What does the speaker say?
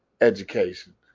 education